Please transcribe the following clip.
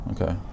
Okay